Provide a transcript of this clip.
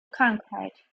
krankheit